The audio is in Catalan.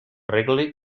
regle